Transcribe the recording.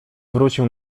wrócił